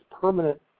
permanent